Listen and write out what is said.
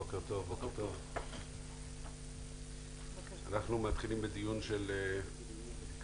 בוקר טוב אנחנו מתחילים דיון של הוועדה בנושא: